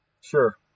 Sure